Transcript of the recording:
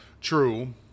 true